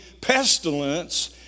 pestilence